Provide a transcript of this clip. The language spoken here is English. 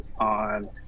on